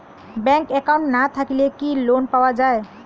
Bank account না থাকিলে কি লোন পাওয়া য়ায়?